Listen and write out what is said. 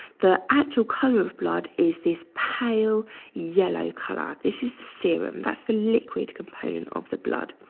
the actual color of blood is this pale yellow color. this is the serum, that's the liquid component of the blood.